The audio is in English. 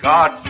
God